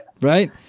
Right